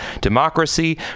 democracy